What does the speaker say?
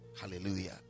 Hallelujah